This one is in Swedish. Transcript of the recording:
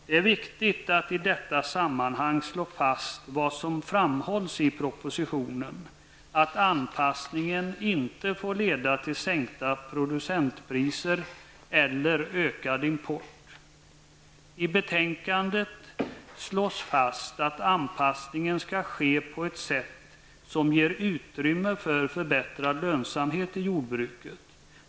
Det är viktigt att i detta sammanhang slå fast vad som framhålls i propositionen, nämligen att anpassningen inte får leda till sänkta producentpriser eller ökad import. I betänkandet slås fast att anpassningen skall ske på ett sätt som ger utrymme för förbättrad lönsamhet i jordbruket.